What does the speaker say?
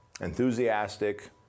enthusiastic